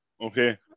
okay